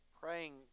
praying